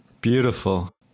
Beautiful